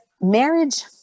marriage